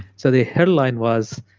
so the headline was,